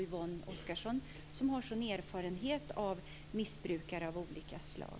Yvonne Oscarsson har ju sådan erfarenhet av missbrukare av olika slag.